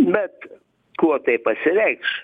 bet kuo tai pasireikš